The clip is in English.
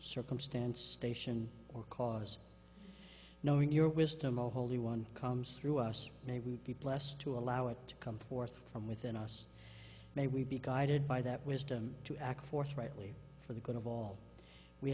circumstance station or cause knowing your wisdom a holy one comes through us they would be blessed to allow it to come forth from within us may we be guided by that wisdom to act forthrightly for the good of all we